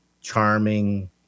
charming